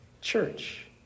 church